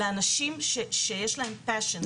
לאנשים שיש להם passion לזה.